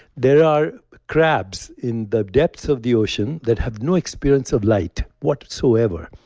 there are crabs in the depths of the ocean that have no experience of light whatsoever,